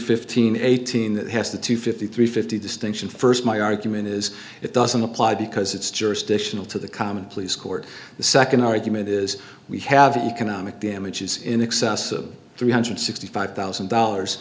fifteen eighteen that has the two fifty three fifty distinction first my argument is it doesn't apply because it's jurisdictional to the common pleas court the second argument is we have economic damages in excess of three hundred sixty five thousand dollars